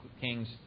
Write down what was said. kings